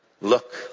look